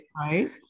right